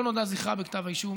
לא נותר זכר בכתב האישום.